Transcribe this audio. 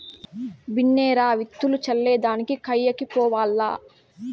బిన్నే రా, విత్తులు చల్లే దానికి కయ్యకి పోవాల్ల